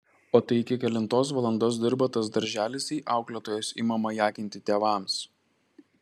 o tai iki kelintos valandos dirba tas darželis jei auklėtojos ima majakinti tėvams